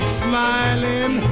smiling